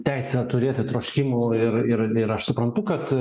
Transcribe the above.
teisę turėti troškimų ir ir ir aš suprantu kad